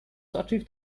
achieved